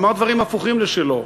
שאמר דברים הפוכים לשלו.